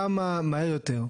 כמה מהר יותר?